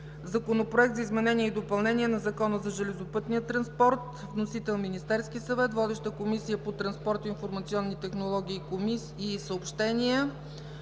Законопроект за изменение и допълнение на Закона за железопътния транспорт. Вносител – Министерският съвет. Водеща е Комисията по транспорт, информационни технологии и съобщения.